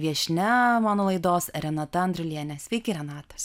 viešnia mano laidos renata andriulienė sveiki renata